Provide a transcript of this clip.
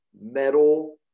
metal